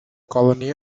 colony